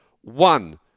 One